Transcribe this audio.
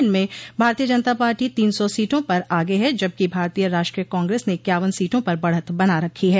इनमें भारतीय जनता पार्टी तीन सौ सीटों पर आगे हैं जबकि भारतीय राष्ट्रीय कांग्रेस ने इक्यावन सीटों पर बढ़त बना रखी है